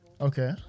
Okay